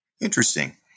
Interesting